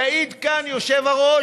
יעיד כאן היושב-ראש.